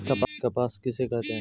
कपास किसे कहते हैं?